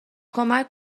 کمک